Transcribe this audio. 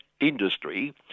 industry